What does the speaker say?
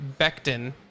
Becton